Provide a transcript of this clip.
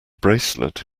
bracelet